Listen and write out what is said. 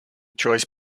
choice